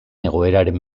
egoeraren